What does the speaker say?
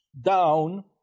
down